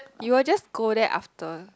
you will just go there after